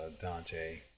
Dante